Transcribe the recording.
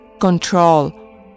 control